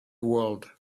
world